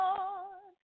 Lord